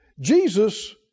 Jesus